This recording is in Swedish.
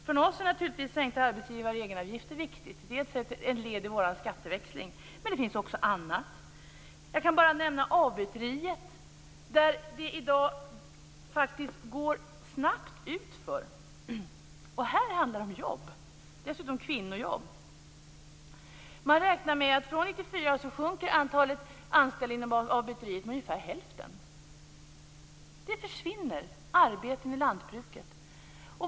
För oss är naturligtvis sänkta arbetsgivaravgifter och egenavgifter viktigt. Det är ett led i vår skatteväxling. Men det finns också annat. Jag kan bara nämna avbyteriet. Där går det i dag snabbt utför. Och där handlar det om jobb, dessutom kvinnojobb. Man räknar med att från 1994 sjunker antalet anställda inom avbyteriet med ungefär hälften. Det försvinner arbeten inom lantbruket.